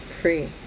Free